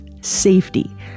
safety